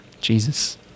Jesus